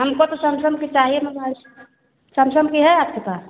हमको तो सैमसम का चाहिए मोबाइल सैमसम का है आपके पास